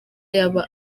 yaba